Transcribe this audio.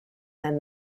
than